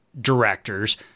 directors